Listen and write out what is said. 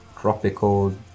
tropical